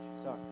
sorry